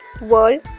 World